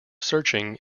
searching